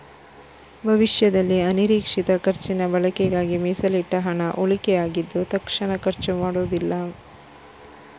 ಭವಿಷ್ಯದಲ್ಲಿ ಅನಿರೀಕ್ಷಿತ ಖರ್ಚಿನ ಬಳಕೆಗಾಗಿ ಮೀಸಲಿಟ್ಟ ಹಣ ಉಳಿಕೆ ಆಗಿದ್ದು ತಕ್ಷಣ ಖರ್ಚು ಮಾಡುದಿಲ್ಲ